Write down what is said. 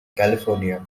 california